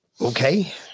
Okay